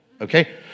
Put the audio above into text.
Okay